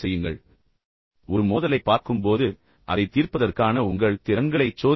பின்னர் நீங்கள் ஒரு மோதலை பார்க்கும் போதெல்லாம் அவற்றைத் தீர்ப்பதற்கான உங்கள் திறன்களைச் சோதிக்கவும்